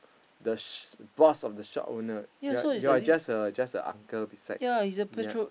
the sh~ boss of the shop owner ya you're just a just a uncle beside ya